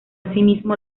asimismo